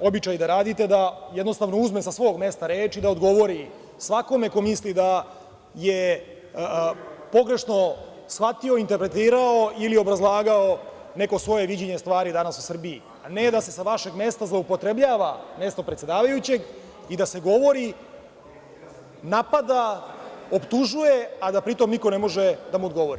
običaj da radite, da jednostavno uzme sa svog mesta reč i da odgovori svakome ko misli da je pogrešno shvatio, interpretirao ili obrazlagao neko svoje viđenje stvari danas u Srbiji, a ne da se sa vašeg mesta zloupotrebljava mesto predsedavajućeg i da se govori, napada, optužuje, a da pritom niko ne može da mu odgovori.